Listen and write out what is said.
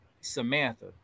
Samantha